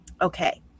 Okay